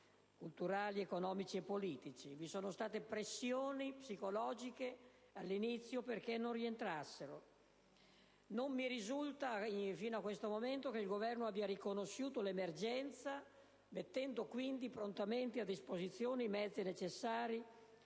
culturali, economici e politici. Vi sono state pressioni psicologiche all'inizio perché non rientrassero. Non mi risulta fino a questo momento che il Governo abbia riconosciuto l'emergenza mettendo quindi prontamente a disposizione i mezzi necessari